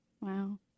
Wow